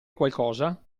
qualcosa